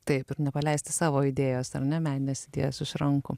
taip ir nepaleisti savo idėjos ar ne meninės idėjos iš rankų